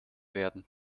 werden